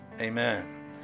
amen